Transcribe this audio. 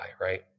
right